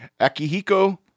Akihiko